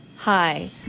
Hi